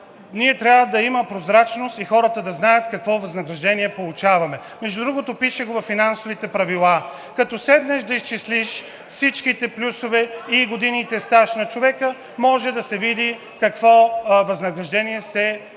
трябва да има прозрачност и хората да знаят какво възнаграждение получаваме. Между другото, пише го във Финансовите правила, когато седнеш да изчислиш всичките плюсове и годините стаж на човек, можеш да видиш какво възнаграждение получават